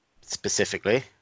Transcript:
specifically